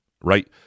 right